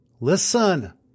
Listen